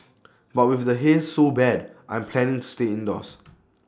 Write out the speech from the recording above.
but with the haze so bad I'm planning stay indoors